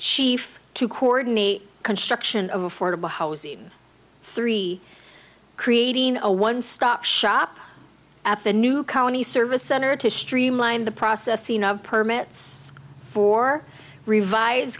chief to coordinate construction of affordable housing three creating a one stop shop at the new county service center to streamline the processing of permits for revise